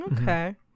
okay